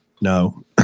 No